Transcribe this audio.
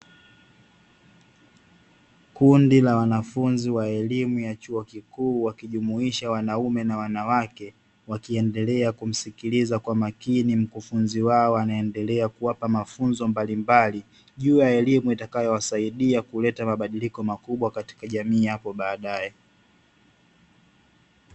Kundi la wanafunzi wa elimu ya chuo kikuu, wakijumuisha wanaume na wanawake wakiendelea kumsikiliza kwa makini mkufunzi wao anaeendelea kuwapa mafunzo mbalimbali, ya elimu itakayo wasaidia kuleta mabadiliko makubwa katika jamii hapo baadae.